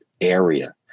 area